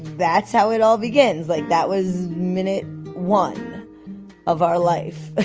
that's how it all begins, like that was minute one of our life.